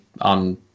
on